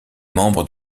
membre